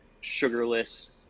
sugarless